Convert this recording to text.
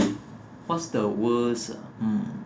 what's the worst ah mm